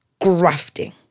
Grafting